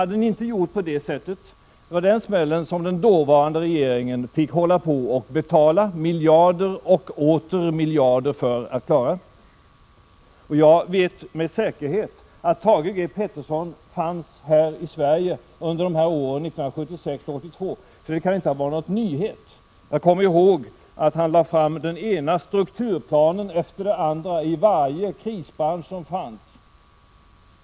Det var den smällen som den dåvarande regeringen fick betala miljarder och åter miljarder för att klara. Jag vet med säkerhet att Thage G. Peterson fanns här i Sverige under åren 1976-1982, så detta kan inte vara någon nyhet för honom. Jag kommer också ihåg att Thage G. Peterson lade fram den ena strukturplanen efter den andra i varje krisbransch som fanns.